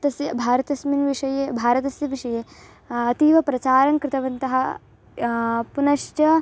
तस्य भारतस्य विषये भारतस्य विषये अतीव प्रचारङ्कृतवन्तः पुनश्च